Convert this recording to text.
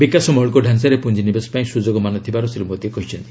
ବିକାଶ ମୌଳିକ ଢ଼ାଞାରେ ପୁଞ୍ଜି ନିବେଶ ପାଇଁ ସୁଯୋଗମାନ ଥିବାର ଶ୍ରୀ ମୋଦି କହିଛନ୍ତି